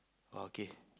okay